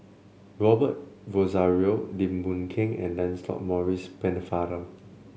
Robert Rozario Lim Boon Keng and Lancelot Maurice Pennefather